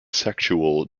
sexual